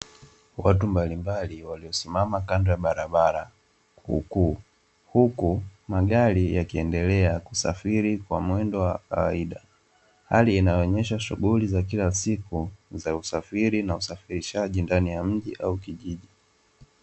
Watu mbalimbali waliosimama kando ya barabara, huku magari yakiendelea kusafiri kwa mwendo wa kawaida, hali inayoonyesha shughuli za usafiri na usafirishaji ndani ya mji au kijiji.